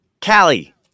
Callie